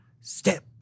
step